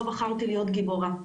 לא בחרתי להיות גיבורה.